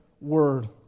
word